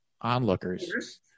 onlookers